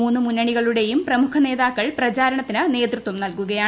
മൂന്ന് മുന്നണികളുടെയും പ്രമുഖ നേതാക്കൾ പ്രചാരണത്തിന് നേതൃത്വം നൽകുകയാണ്